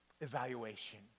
evaluation